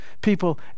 people